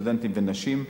סטודנטים ונשים.